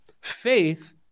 Faith